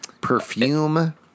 Perfume